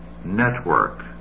Network